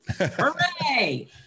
hooray